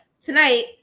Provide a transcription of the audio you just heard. tonight